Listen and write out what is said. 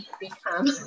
become